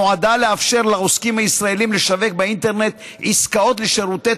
נועדה לאפשר לעוסקים הישראלים לשווק באינטרנט עסקאות לשירותי